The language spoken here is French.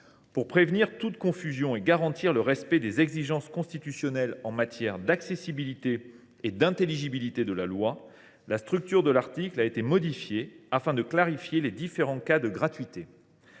Pour prévenir toute confusion et garantir le respect des exigences constitutionnelles en matière d’accessibilité et d’intelligibilité de la loi, la structure de l’article 1 a été modifiée afin de clarifier les différents cas de gratuité.